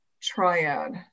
triad